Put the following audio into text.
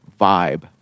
vibe